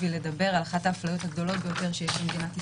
לדבר על אחת ההפליות הגדולות ביותר שיש במדינת ישראל,